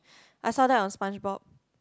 I saw that on SpongeBob